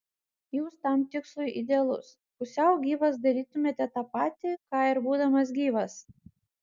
jūs tam tikslui idealus pusiau gyvas darytumėte tą patį ką ir būdamas gyvas